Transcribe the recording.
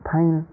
pain